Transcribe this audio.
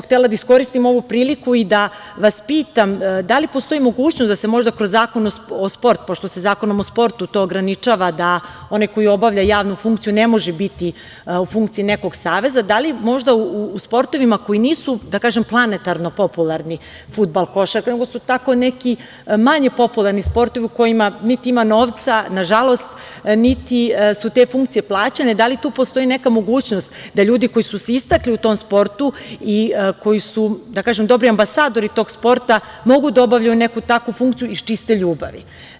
Htela sam da iskoristim ovu priliku i da vas pitam, da li postoji mogućnost da se možda kroz Zakon o sportu, pošto se Zakonom o sportu to ograničava, da onaj koji obavlja javnu funkciju ne može biti u funkciji nekog saveza, da li možda u sportovima koji nisu, da kažem, planetarno, popularni, fudbal, košarka, nego su tako neki, manje popularni sportovima, u kojima nažalost, niti ima novca, niti su te funkcije plaćene, da li tu postoji neka mogućnost da ljudi koji su se istakli se u tom sportu, i koji su, da kažem, dobri ambasadori tog sporta, mogu da obavljaju neku takvu funkciju iz čiste ljubavi?